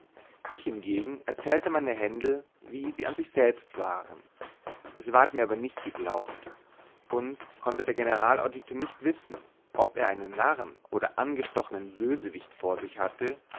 ich hingegen erzählte meine händel wie sie an sich selbst waren es ward mir aber nicht geglaubt und konnte der generalauditor nicht wissen ob er einen narrn oder ausgestochenen böswicht vor sich hatte